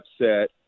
upset